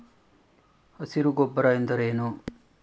ಹಸಿರು ಗೊಬ್ಬರ ಎಂದರೇನು?